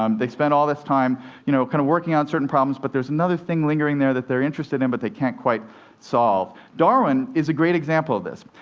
um they spend all this time you know kind of working on certain problems, but there's another thing lingering there that they're interested in, but can't quite solve. darwin is a great example of this.